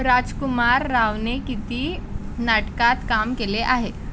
राजकुमार रावने किती नाटकात काम केले आहेत